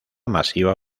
masiva